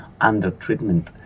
under-treatment